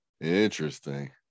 interesting